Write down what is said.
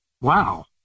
Wow